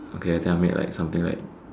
okay ah tell me like something like